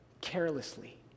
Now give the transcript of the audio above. carelessly